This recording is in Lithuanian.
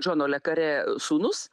džono le kare sūnus